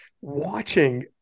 watching